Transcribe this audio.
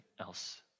else